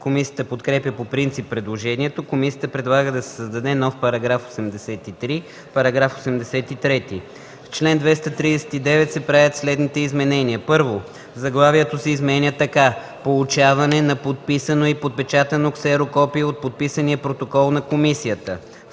Комисията подкрепя по принцип предложението. Комисията предлага да се създаде нов § 83: „§ 83. В чл. 239 се правя следните изменения: 1. Заглавието се изменя така: „Получаване на подписано и подпечатано ксерокопие от подписания протокол на комисията”.